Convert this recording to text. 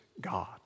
God